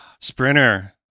Sprinter